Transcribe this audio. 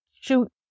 shoot